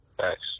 Thanks